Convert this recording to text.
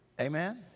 Amen